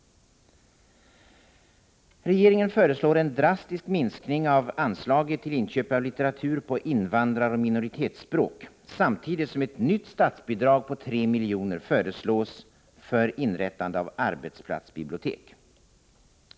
Regeringen föreslår en drastisk minskning av anslaget till inköp av litteratur på invandraroch minoritetsspråk, samtidigt som ett nytt statsbidrag om 3 milj.kr. föreslås för inrättandet av arbetsplatsbibliotek.